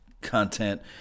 content